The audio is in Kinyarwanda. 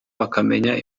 bakamenya